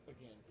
again